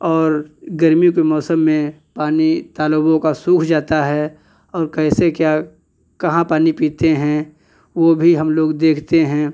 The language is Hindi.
और गर्मियों के मौसम में पानी तालाबों का सूख जाता है और कैसे क्या कहाँ पानी पीते हैं वो भी हम लोग देखते हैं